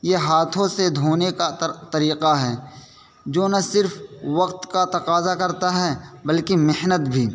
یہ ہاتھوں سے دھونے کا طر طریقہ ہے جو نہ صرف وقت کا تقاضہ کرتا ہے بلکہ محنت بھی